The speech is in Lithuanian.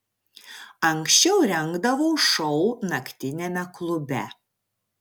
anksčiau rengdavau šou naktiniame klube